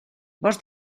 vols